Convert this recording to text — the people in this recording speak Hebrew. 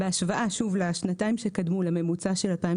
בהשוואה לשנתיים שקדמו, לממוצע של 2018,